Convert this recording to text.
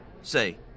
Say